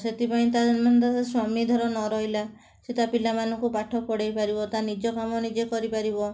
ସେଥିପାଇଁ ତା'ର ଧର ସ୍ୱାମୀ ଧର ନ ରହିଲା ସିଏ ତା ପିଲାମାନଙ୍କୁ ପାଠ ପଢ଼ାଇପାରିବ ତା ନିଜ କାମ ନିଜେ କରିପାରିବ